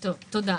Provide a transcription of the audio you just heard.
תודה.